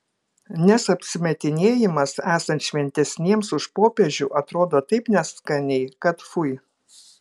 nes apsimetinėjimas esant šventesniems už popiežių atrodo taip neskaniai kad fui